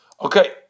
Okay